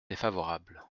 défavorable